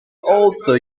also